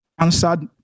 answered